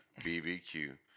BBQ